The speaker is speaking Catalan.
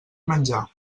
menjar